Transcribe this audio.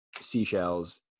seashells